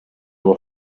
were